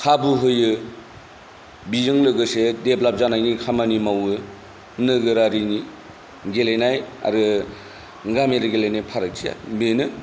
खाबु होयो बिजों लोगोसे डेभेलप जानायनि खामानि मावो नोगोरारिनि गेलेनाय आरो गामियारि गेलेनाय फारागथिया बेनो